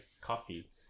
Coffee